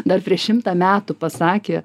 dar prieš šimtą metų pasakė